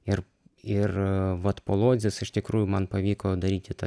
ir ir vat po lodzės iš tikrųjų man pavyko daryti tą